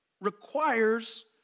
requires